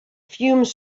fumes